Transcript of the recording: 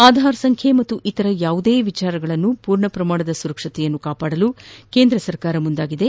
ಆಧಾರ್ ಸಂಖ್ಯೆ ಅಥವಾ ಇತರ ಯಾವುದೇ ವಿಷಯಗಳ ಪೂರ್ಣ ಪ್ರಮಾಣದ ಸುರಕ್ಷತೆಯನ್ನು ಕಾಪಾಡಲು ಕೇಂದ್ರ ಮುಂದಾಗಿದೆ